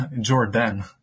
Jordan